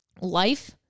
life